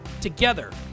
Together